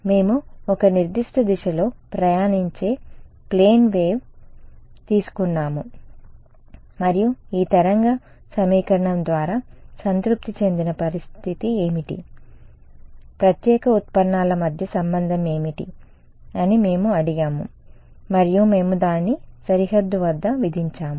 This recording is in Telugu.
మేము ఒక నిర్దిష్ట దిశలో ప్రయాణించే ప్లేన్ వేవ్ తీసుకున్నాము మరియు ఈ తరంగ సమీకరణం ద్వారా సంతృప్తి చెందిన పరిస్థితి ఏమిటి ప్రత్యేక ఉత్పన్నాల మధ్య సంబంధం ఏమిటి అని మేము అడిగాము మరియు మేము దానిని సరిహద్దు వద్ద విధించాము